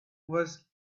was